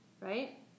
right